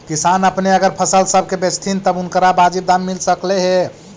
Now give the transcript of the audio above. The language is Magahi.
किसान अपने अगर फसल सब के बेचतथीन तब उनकरा बाजीब दाम मिल सकलई हे